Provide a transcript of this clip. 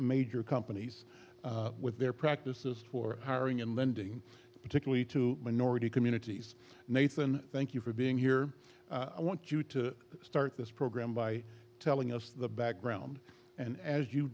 major companies with their practices for hiring and lending particularly to minority communities nathan thank you for being here i want you to start this program by telling us the background and as you